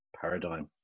paradigm